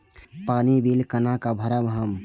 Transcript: पानी बील केना भरब हम?